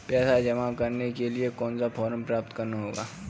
पैसा जमा करने के लिए कौन सा फॉर्म प्राप्त करना होगा?